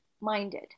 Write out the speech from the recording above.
minded